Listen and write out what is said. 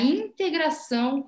integração